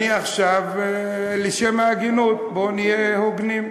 אני עכשיו לשם ההגינות, בואו נהיה הוגנים,